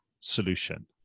solution